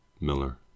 Miller